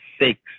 six